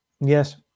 Yes